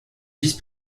vice